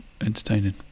entertaining